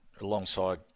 alongside